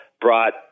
brought